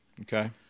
Okay